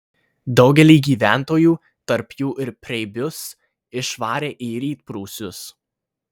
daugelį gyventojų tarp jų ir preibius išvarė į rytprūsius